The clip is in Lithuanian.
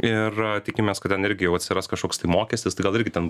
ir tikimės kad ten irgi jau atsiras kažkoks tai mokestis tai gal irgi ten